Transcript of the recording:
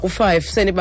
five